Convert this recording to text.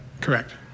Correct